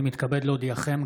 אני מתכבד להודיעכם,